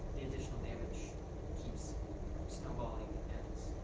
the additional damage keeps snowballing